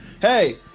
Hey